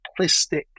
simplistic